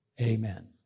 amen